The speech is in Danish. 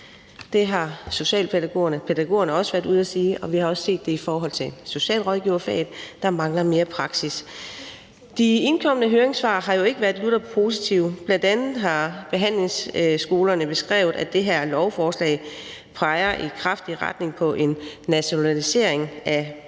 og pædagogerne også været ude at sige, og vi har også set det i forhold til socialrådgiverfaget, at der mangler mere praksis. De indkomne høringssvar har jo ikke været lutter positive, bl.a. har Behandlingsskolerne beskrevet, at det her lovforslag peger i kraftig retning af en nationalisering af private